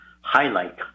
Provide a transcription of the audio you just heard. highlight